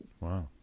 wow